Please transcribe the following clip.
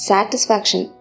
Satisfaction –